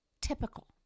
typical